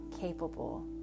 capable